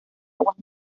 aguas